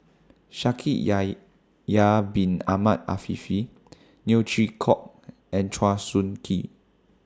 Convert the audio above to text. Yahya Bin Ahmed Afifi Neo Chwee Kok and Chua Soo Khim